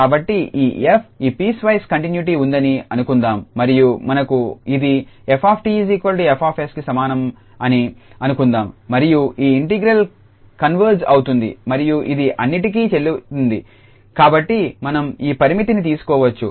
కాబట్టి ఈ 𝑓 ఈ పీస్వైస్ కంటిన్యుటీ ఉందని అనుకుందాం మరియు మనకు ఇది 𝑓𝑡 𝐹𝑠కి సమానం అని అనుకుందాం మరియు ఈ ఇంటిగ్రల్ కన్వర్జ్ అవుతుంది మరియు ఇది అన్నింటికీ చెల్లుతుంది కాబట్టి మనం ఈ పరిమితిని తీసుకోవచ్చు